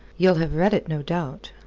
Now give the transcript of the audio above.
ye'll have read it, no doubt?